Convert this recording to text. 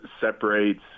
separates